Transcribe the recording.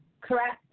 Correct